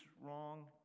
wrong